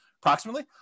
Approximately